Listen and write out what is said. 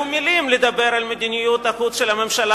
מלים לדבר על מדיניות החוץ של הממשלה,